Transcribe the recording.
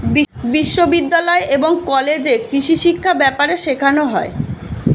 বিশ্ববিদ্যালয় এবং কলেজে কৃষিশিক্ষা ব্যাপারে শেখানো হয়